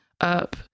up